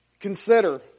Consider